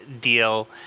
deal